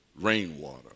rainwater